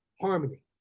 harmony